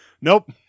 Nope